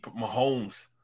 Mahomes